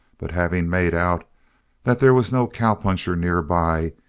but having made out that there was no cowpuncher nearby,